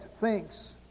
thinks